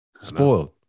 spoiled